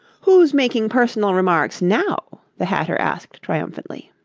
who's making personal remarks now the hatter asked triumphantly.